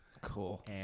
cool